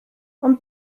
ond